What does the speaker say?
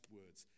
words